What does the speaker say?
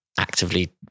actively